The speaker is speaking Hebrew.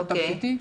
משהו תכליתי.